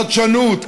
חדשנות,